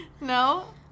No